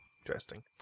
Interesting